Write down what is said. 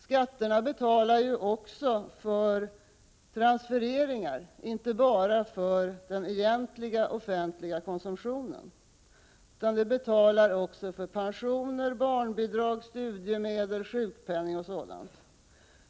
Skatterna betalar ju inte bara för den egentliga offentliga verksamheten utan också för transfereringarna, som pensioner, barnbidrag, studiemedel, sjukpenning etc.